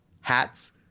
hats